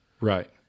Right